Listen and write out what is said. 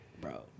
Bro